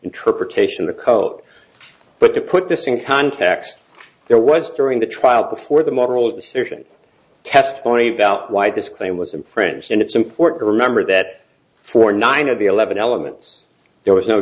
interpretation of the code but to put this in context there was during the trial before the moral decision test point about why this claim was in friends and it's important to remember that for nine of the eleven elements there was no